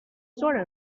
sort